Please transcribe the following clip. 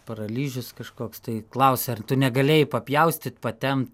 paralyžius kažkoks tai klausia ar tu negalėjai papjaustyt patempt